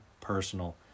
personal